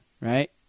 Right